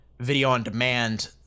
Video-on-demand